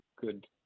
good